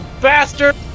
bastard